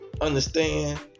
Understand